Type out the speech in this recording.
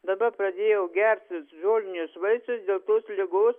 dabar pradėjau gert žolinius vaistus dėl tos ligos